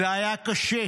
זה היה קשה.